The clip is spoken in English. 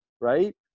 right